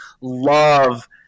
love